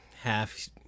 half